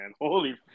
Holy